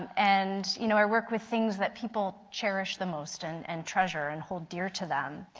and you know, i work with things that people cherish the most and and treasure and hold dear to them.